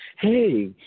hey